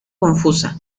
confusa